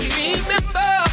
remember